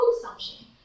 assumption